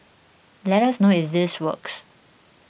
let us know if this works